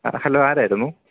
ആ ഹലോ ആരായിരുന്നു